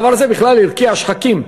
הדבר הזה בכלל הרקיע שחקים.